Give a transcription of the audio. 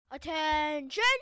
Attention